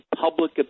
public